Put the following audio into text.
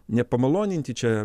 nepamaloninti čia